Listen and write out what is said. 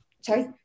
sorry